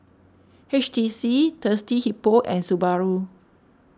H T C Thirsty Hippo and Subaru